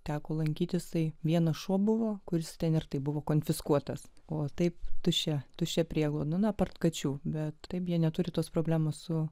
teko lankytis tai vienas šuo buvo kuris ten ir taip buvo konfiskuotas o taip tuščia tuščia prieglauda na apart kačių bet taip jie neturi tos problemos su